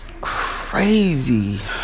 Crazy